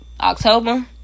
October